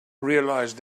realised